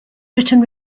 written